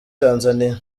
tanzania